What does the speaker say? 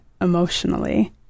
emotionally